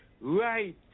right